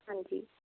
ਹਾਂਜੀ